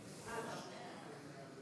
ואזכיר לך את העניין הזה.